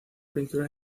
pintura